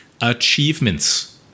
achievements